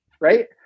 Right